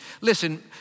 listen